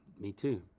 me too.